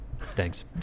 Thanks